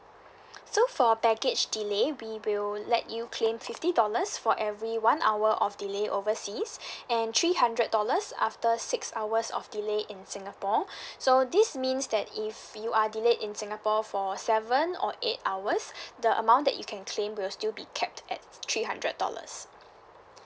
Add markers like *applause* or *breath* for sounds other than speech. so for baggage delay we will let you claim fifty dollars for every one hour of delay overseas *breath* and three hundred dollars after six hours of delay in singapore *breath* so this means that if you are delayed in singapore for seven or eight hours *breath* the amount that you can claim will still be capped at three hundred dollars